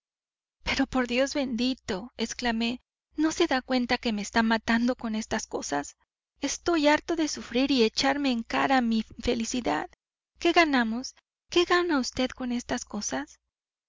pero por dios bendito exclamé no se da cuenta de que me está matando con estas cosas estoy harto de sufrir y echarme en cara mi infelicidad qué ganamos qué gana vd con estas cosas